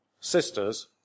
sisters